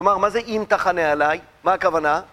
כלומר, מה זה אם תחנה עליי? מה הכוונה?